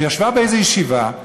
שישבה באיזו ישיבה,